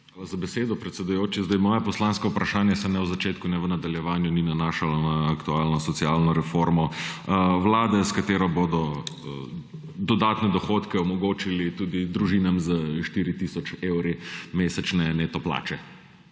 za besedo, predsedujoči. Moje poslansko vprašanje se ne v začetku ne v nadaljevanju ni nanašalo na aktualno socialno reformo Vlade, s katero bodo dodatne dohodke omogočili tudi družinam s 4 tisoč evri mesečne neto plače.